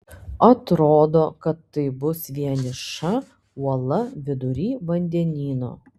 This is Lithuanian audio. atrodo kad tai bus vieniša uola vidury vandenyno